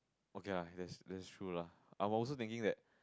okay lah that's that's true lah I'm also thinking that